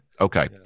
Okay